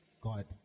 God